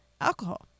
alcohol